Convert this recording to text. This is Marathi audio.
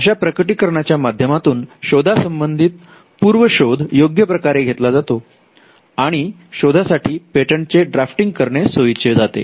अशा प्रकटीकरणा च्या माध्यमातून शोधा संबंधित पूर्व शोध योग्य प्रकारे घेतला जाणे आणि शोधासाठी पेटंटचे ड्राफ्टिंग करणे सोयीचे जाते